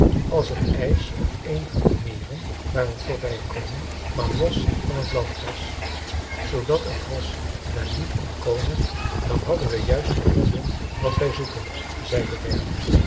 als het ijs op een van de meren waar we voorbij komen maar los van t land was zoodat een vos daar niet kon komen dan hadden we juist gevonden wat wij zoeken zei de derde